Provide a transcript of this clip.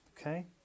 Okay